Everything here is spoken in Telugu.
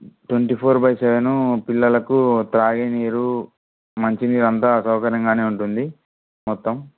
ట్వంటీ ఫోర్ బై సెవెన్ పిల్లలకు త్రాగే నీరు మంచి నీరు అంతా అ సౌకర్యంగానే ఉంటుంది మొత్తం